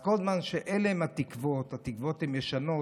אז כל זמן שאלה הן התקוות, התקוות הן ישנות,